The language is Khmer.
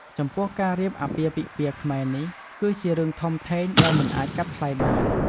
ចំពោះ ការរៀបអាពាហ៍ពិពាហ៍ខ្មែរនេះ គឺជារឿងធំធេងដែលមិនអាចកាត់ថ្លៃបាន។